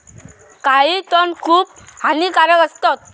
काही तण खूप हानिकारक असतत